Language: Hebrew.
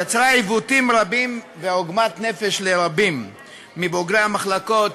יצרה עיוותים רבים ועוגמת נפש לרבים מבוגרי המחלקות